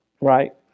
right